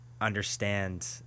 understand